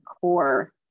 core